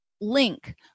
link